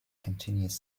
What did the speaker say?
continues